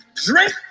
Drink